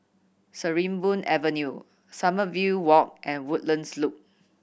Sarimbun Avenue Sommerville Walk and Woodlands Loop